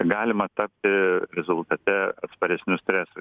galima tapti rezultate atsparesniu stresui